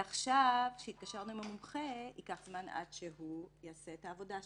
עכשיו כשהתקשרנו עם המומחה ייקח זמן עד שהוא יעשה את העבודה שלו,